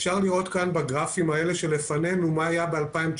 אפשר לראות בגרפים שלפנינו מה היה ב-2019